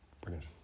Brilliant